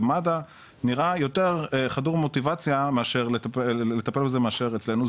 ומד"א נראה יותר חדור מוטיבציה לטפל בזה מאשר אצלנו,